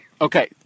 Okay